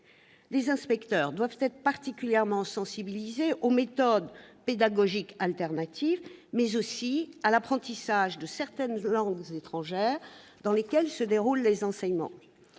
Les inspecteurs doivent être particulièrement sensibilisés aux méthodes pédagogiques alternatives, mais aussi à l'apprentissage de certaines langues étrangères dans lesquelles se déroulent les enseignements.